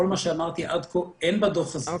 כל מה שאמרתי עד כה אין בדוח הזה,